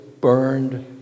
burned